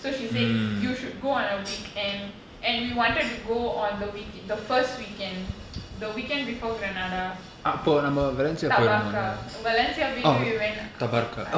so she said you should go on a weekend and we wanted to go on the week the first weekend the weekend before granada tabarca valencia போய்ட்டு:poitu we went